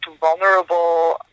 vulnerable